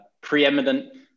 preeminent